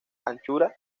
anchura